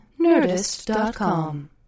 nerdist.com